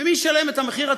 ומי ישלם את המחיר?